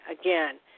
again